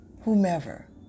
whomever